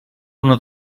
una